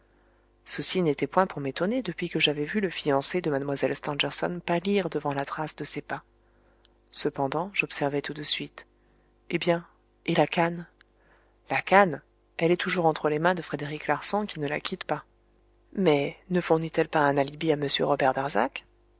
ceci n'était point pour m'étonner depuis que j'avais vu le fiancé de mlle stangerson pâlir devant la trace de ses pas cependant j'observai tout de suite eh bien et la canne la canne elle est toujours entre les mains de frédéric larsan qui ne la quitte pas mais ne fournit elle pas un alibi à m robert darzac